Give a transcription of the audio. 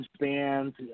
bands